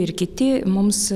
ir kiti mums